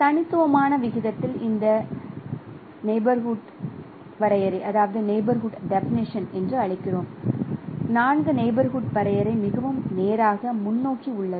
தனித்துவமான விகிதத்தில் இந்த நெயிபோர்ஹூட் வரையறை என்று அழைக்கிறோம் 4 நெயிபோர்ஹூட் வரையறை மிகவும் நேராக முன்னோக்கி உள்ளது